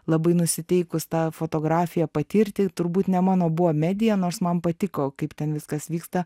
labai nusiteikus tą fotografiją patirti turbūt ne mano buvo medija nors man patiko kaip ten viskas vyksta